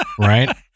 Right